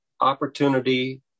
opportunity